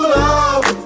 love